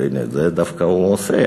את זה דווקא הוא עושה,